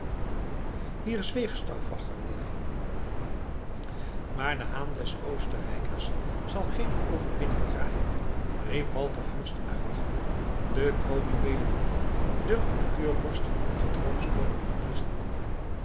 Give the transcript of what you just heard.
hier zweeg stauffacher weer maar de haan des oostenrijkers zal geene overwinning kraaien riep walter fürst uit den kroonjuweelendief durven de keurvorsten niet tot roomsch koning verkiezen